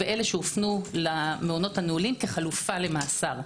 ואלה שהופנו למעונות הנעולים כחלופה למאסר.